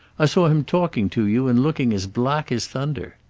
i saw him talking to you and looking as black as thunder.